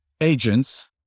agents